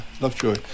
Lovejoy